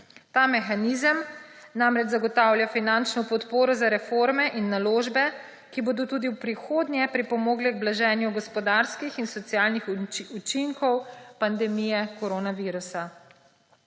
Ta mehanizem namreč zagotavlja finančno podporo za reforme in naložbe, ki bodo tudi v prihodnje pripomogle k blaženju gospodarskih in socialnih učinkov pandemije koronavirusa.